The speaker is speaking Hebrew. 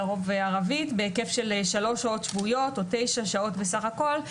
לרוב ערבית בהיקף של שלוש שעות שבועיות או תשע שעות בסך הכול,